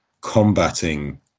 combating